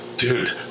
dude